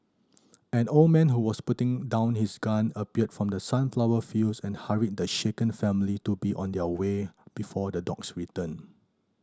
an old man who was putting down his gun appeared from the sunflower fields and hurried the shaken family to be on their way before the dogs return